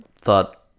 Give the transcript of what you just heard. thought